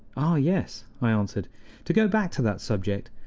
ah yes, i answered to go back to that subject,